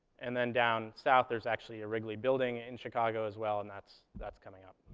and then down south, there's actually a wrigley building in chicago as well, and that's that's coming up.